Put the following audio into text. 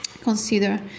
consider